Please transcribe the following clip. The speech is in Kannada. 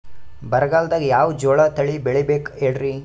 ಬರಗಾಲದಾಗ್ ಯಾವ ಜೋಳ ತಳಿ ಬೆಳಿಬೇಕ ಹೇಳ್ರಿ?